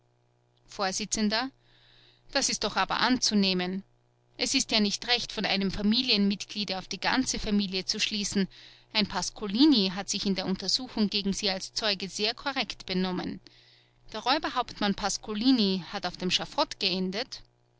vors das ist doch aber anzunehmen es ist ja nicht recht von einem familienmitgliede auf die ganze familie zu schließen ein pascolini hat sich in der untersuchung gegen sie als zeuge sehr korrekt benommen der räuberhauptmann pascolini hat auf dem schafott geendet